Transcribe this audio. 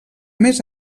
més